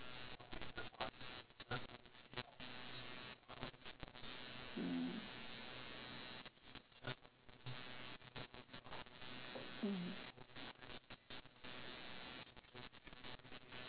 mm mm